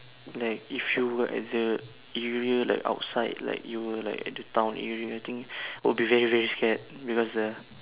like if you were at the area like outside like you were like at the town area I think will be very very scared because ah